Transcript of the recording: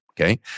Okay